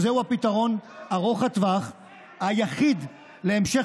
אנחנו מניחים שזה הפתרון ארוך הטווח היחיד להמשך